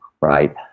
right